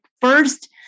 First